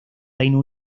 reino